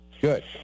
Good